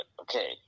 okay